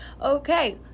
Okay